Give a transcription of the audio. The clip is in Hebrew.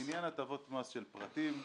לעניין הטבות המס של פרטים,